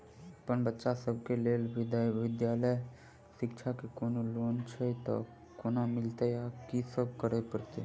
अप्पन बच्चा सब केँ लैल विधालय शिक्षा केँ कोनों लोन छैय तऽ कोना मिलतय आ की सब करै पड़तय